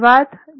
धन्यवाद